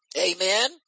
Amen